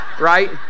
right